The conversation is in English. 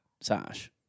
Sash